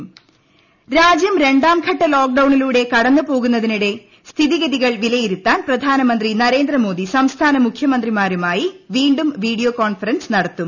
Modi video conferencing രാജ്യം രണ്ടാംഘട്ട ലോക്ക് ഡൌണിലൂടെ കടന്ന് പോകുന്നതിനിടെ സ്ഥിതിഗതികൾ വിലയിരുത്താൻ പ്രധാനമന്ത്രി നരേന്ദ്ര മോദി സംസ്ഥാന മുഖ്യമന്ത്രിമാരുമായി വീണ്ടും വീഡിയോ കോൺഫറൻസ് നടത്തും